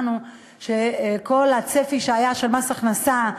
ושמענו שכל הצפי שהיה של מס הכנסה,